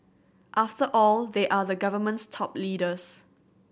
after all they are the government's top leaders